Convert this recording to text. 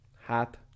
hat